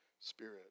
Spirit